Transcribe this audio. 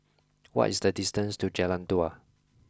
what is the distance to Jalan Dua